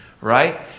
right